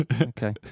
Okay